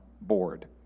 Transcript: board